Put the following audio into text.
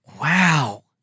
Wow